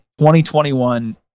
2021